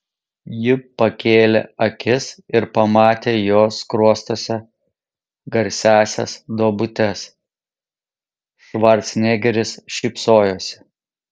ji pakėlė akis ir pamatė jo skruostuose garsiąsias duobutes švarcnegeris šypsojosi